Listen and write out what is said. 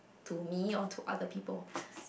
to me or to other people